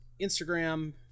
Instagram